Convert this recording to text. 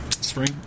Spring